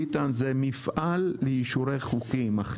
ביטן זה מפעל לאישורי חוקים.